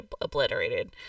obliterated